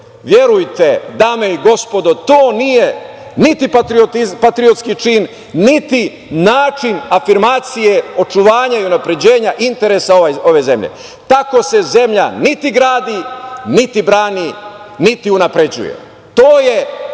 verujte, dame i gospodo, to nije niti patriotski čin, niti način afirmacije očuvanja i unapređenja interesa ove zemlje. Tako se zemlja niti gradi, niti brani, niti unapređuje. To je